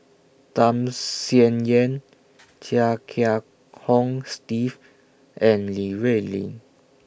Tham Sien Yen Chia Kiah Hong Steve and Li Rulin